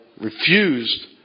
refused